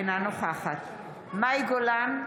אינה נוכחת מאי גולן,